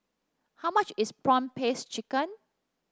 how much is prawn paste chicken